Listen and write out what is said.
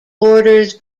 borders